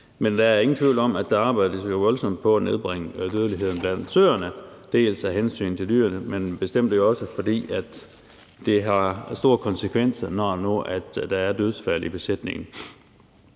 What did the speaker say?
Men der er ingen tvivl om, at der arbejdes voldsomt på at nedbringe dødeligheden blandt søerne, både af hensyn til dyrene, men bestemt også fordi det har store konsekvenser, når der er dødsfald i besætningen.